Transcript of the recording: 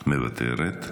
מוותרת,